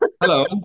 hello